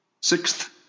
Sixth